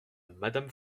madame